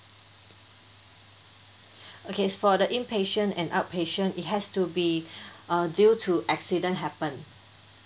okay for the inpatient and outpatient it has to be uh due to accident happened